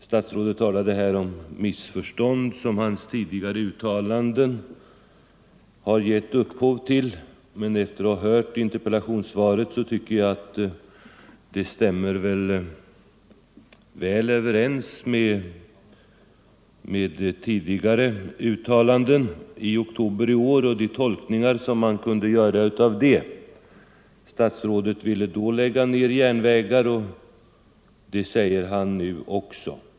Statsrådet talade om missförstånd som hans tidigare uttalanden gett upphov till, men efter att ha hört interpellationssvaret tycker jag att svaret stämmer väl överens med ett uttalande av kommunikationsministern i oktober och de tolkningar som man kunde göra av det. Kommunikationsministern ville då lägga ned järnvägar, och det säger han nu också.